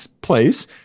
place